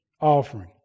offering